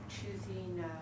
choosing